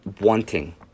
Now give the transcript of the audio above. wanting